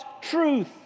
truth